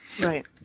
Right